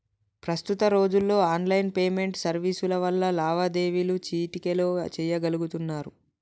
ప్రస్తుత రోజుల్లో online payment సర్వీసుల వల్ల లావాదేవీలు చిటికెలో చెయ్యగలుతున్నరు